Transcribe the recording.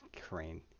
Crane